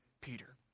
Peter